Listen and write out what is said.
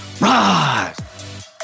rise